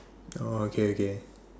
oh okay okay